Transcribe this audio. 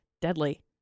deadly